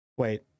Wait